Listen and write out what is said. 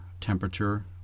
temperature